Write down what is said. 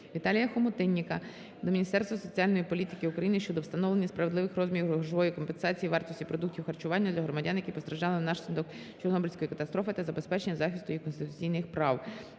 Віталія Хомутинніка до Міністерства соціальної політики України щодо встановлення справедливих розмірів грошової компенсації вартості продуктів харчування для громадян, які постраждали внаслідок Чорнобильської катастрофи та забезпечення захисту їх конституційних прав.